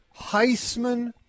Heisman